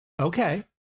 Okay